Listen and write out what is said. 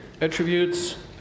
attributes